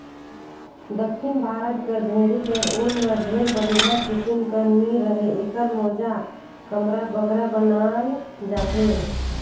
दक्खिन भारत कर भेंड़ी कर ऊन हर ढेर बड़िहा किसिम कर नी रहें एकर मोजा, कमरा बगरा बनाल जाथे